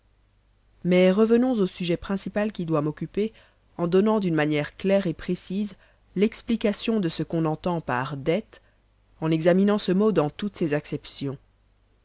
mais revenons au sujet principal qui doit m'occuper en donnant d'une manière claire et précise l'explication de ce qu'on entend par dettes en examinant ce mot dans toutes ses acceptions